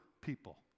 people